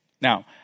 Now